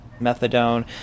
methadone